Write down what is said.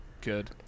Good